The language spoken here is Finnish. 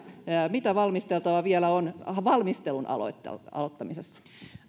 mitä valmisteltavaa vielä on valmistelun aloittamisessa